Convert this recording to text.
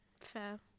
Fair